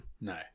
No